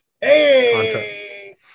Hey